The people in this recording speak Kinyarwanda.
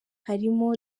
harimo